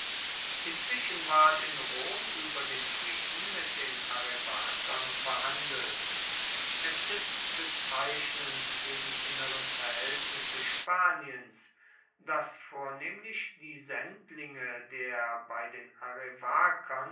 inzwischen ward in rom über den frieden mit den arevakern verhandelt es ist bezeichnend für die inneren verhältnisse spaniens daß vornehmlich die sendlinge der bei den